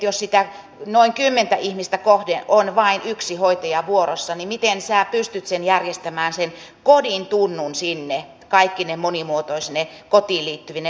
jos noin kymmentä ihmistä kohden on vain yksi hoitaja vuorossa niin miten sinä pystyt järjestämään sen kodin tunnun sinne kaikkine monimuotoisine kotiin liittyvine asioineen